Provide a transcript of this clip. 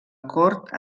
cort